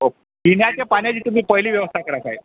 हो पिण्याच्या पाण्याची तुम्ही पहिली व्यवस्था करा साहेब